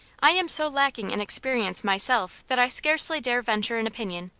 i am so lacking in experience myself that i scarcely dare venture an opinion,